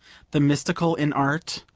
the mystical in art,